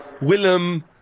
Willem-